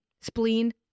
spleen